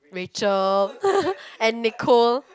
Rachel and Nicole